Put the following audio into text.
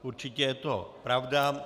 Určitě je to pravda.